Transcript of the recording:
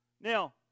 Now